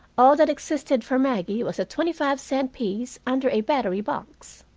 all that existed for maggie was a twenty-five cent piece under a battery-box.